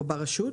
או "ברשות",